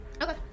Okay